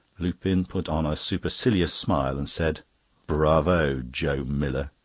lupin put on a supercilious smile, and said bravo! joe miller.